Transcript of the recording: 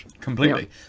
completely